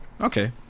Okay